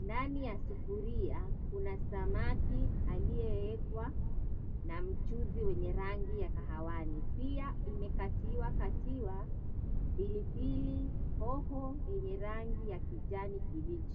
Ndani ya sufuria kuna samaki aliyeekwa na mchuzi wenye rangi ya kahawani. Pia imekatiwakatiwa pilipili hoho yenye rangi ya kijani kibichi.